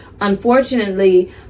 unfortunately